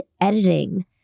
editing